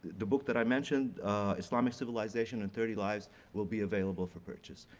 the book that i mentioned islamic civilization in thirty lives will be available for purchase.